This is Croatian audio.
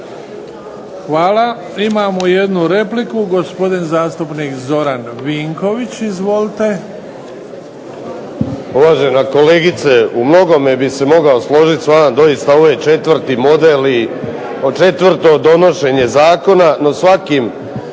Hvala. Imamo jednu repliku, gospodin zastupnik Zoran Vinković. Izvolite.